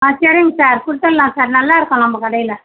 ஆ சரிங்க சார் கொடுத்தட்லா சார் நல்லாயிருக்கும் நம்ப கடையில்